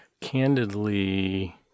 Candidly